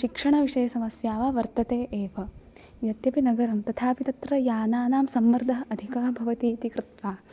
शिक्षणविषये समस्या वा वर्तते एव यद्यपि नगरं तथापि तत्र यानानां सम्मर्दः अधिकः भवति इति कृत्वा